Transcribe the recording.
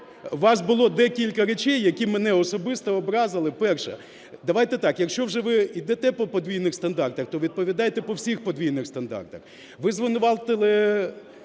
У вас було декілька речей, які мене особисто образили. Перше. Давайте так, якщо ви вже йдете по подвійних стандартах, то відповідайте по всіх подвійних стандартах. Ви звинуватили